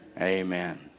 Amen